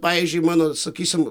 pavyzdžiui mano sakysim